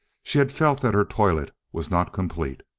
she had felt that her toilet was not complete.